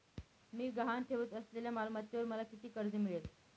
मी गहाण ठेवत असलेल्या मालमत्तेवर मला किती कर्ज मिळेल?